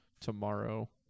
tomorrow